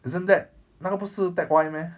isn't that 那个不是 teck whye meh